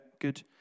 Good